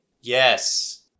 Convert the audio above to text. Yes